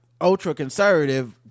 ultra-conservative